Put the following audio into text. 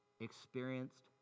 experienced